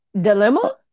Dilemma